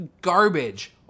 garbage